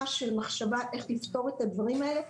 של מחשבה איך לפתור את הדברים האלה,